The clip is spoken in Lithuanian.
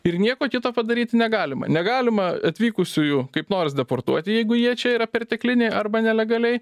ir nieko kito padaryti negalima negalima atvykusiųjų kaip nors deportuoti jeigu jie čia yra pertekliniai arba nelegaliai